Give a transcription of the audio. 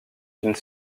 une